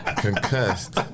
concussed